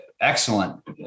excellent